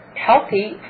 healthy